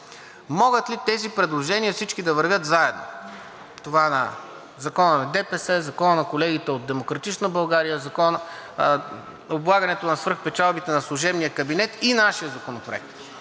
Могат ли всички тези предложения да вървят заедно – Законът на ДПС, Законът на колегите от „Демократична България“, облагането на свръхпечалбите на служебния кабинет и нашият Законопроект?